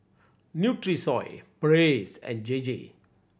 Nutrisoy Praise and J J